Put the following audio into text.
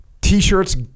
t-shirts